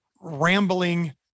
rambling